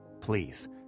Please